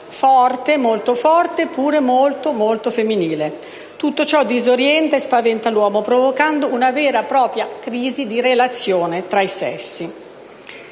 forte, molto forte eppure molto femminile. Tutto ciò disorienta e spaventa l'uomo, provocando una vera e propria crisi di relazione tra i sessi.